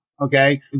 okay